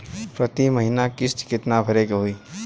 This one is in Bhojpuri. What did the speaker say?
प्रति महीना किस्त कितना भरे के होई?